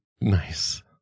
Nice